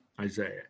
Isaiah